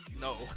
no